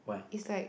is like